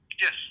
Yes